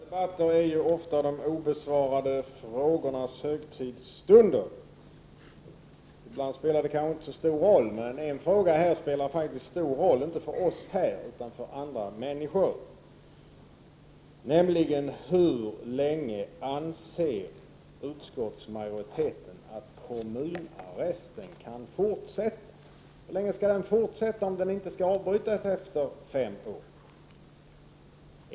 Herr talman! Riksdagsdebatter är ofta de obesvarade frågornas högtidsstunder. Ibland spelar det kanske inte så stor roll. Men en fråga här spelar faktiskt en stor roll, inte för oss här utan för andra människor, nämligen hur länge utskottsmajoriteten anser att kommunarresten kan fortsätta. Hur länge skall den fortsätta om den inte skall avbrytas efter fem år?